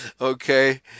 Okay